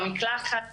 במקלחת,